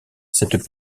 cette